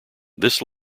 this